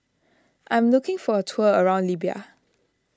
I'm looking for a tour around Libya